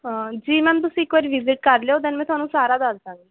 ਜੀ ਮੈਮ ਤੁਸੀਂ ਇੱਕ ਵਾਰ ਵੀਜ਼ਿਟ ਕਰਲਿਓ ਦੈਨ ਮੈਂ ਤੁਹਾਨੂੰ ਸਾਰਾ ਦੱਸ ਦਵਾਂਗੀ